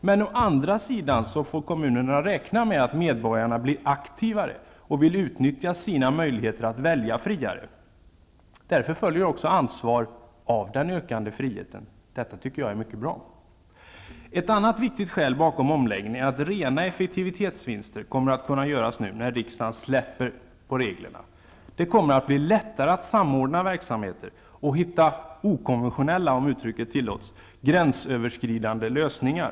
Men å andra sidan får kommunerna räkna med att medborgarna blir aktivare och vill utnyttja sina möjligheter att välja friare. Därför följer också ansvar av den ökande friheten. Detta tycker jag är mycket bra. Ett annat viktigt skäl bakom omläggningen är att rena effektivitetsvinster kommer att kunna göras nu när riksdagen släpper på reglerna. Det kommer att bli lättare att samordna verksamheter och hitta okonventionella, om uttrycket tillåtes, ''gränsöverskridande'' lösningar.